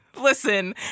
Listen